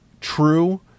true